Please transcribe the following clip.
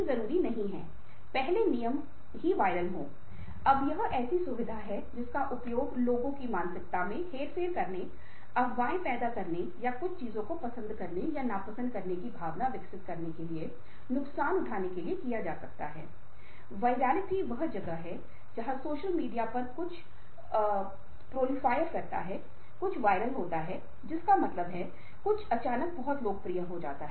और सहानुभूति रखने वाले लोग सांस्कृतिक रूप से संवेदनशील होते हैं और वे ग्राहकों को बेहतर सेवा देते हैं